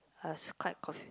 I was quite confused